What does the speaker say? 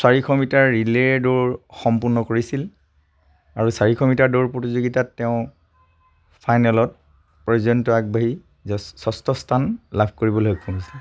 চাৰিশ metre relay দৌৰ সম্পূৰ্ণ কৰিছিল আৰু চাৰিশ মিটাৰ দৌৰ প্ৰতিযোগিতাত তেওঁ ফাইনেল পৰ্যন্ত আগবাঢ়ি ষষ্ঠ স্থান লাভ কৰিবলৈ সক্ষম হৈছিল